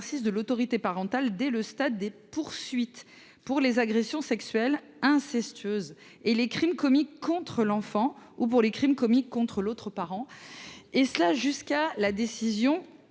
de l’autorité parentale dès le stade des poursuites, pour les agressions sexuelles incestueuses, les crimes commis contre l’enfant et les crimes commis contre l’autre parent, ce jusqu’à la décision